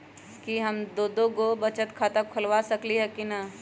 कि हम दो दो गो बचत खाता खोलबा सकली ह की न?